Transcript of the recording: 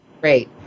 Great